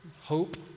hope